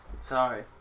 Sorry